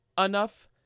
enough